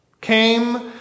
came